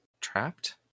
trapped